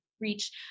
reach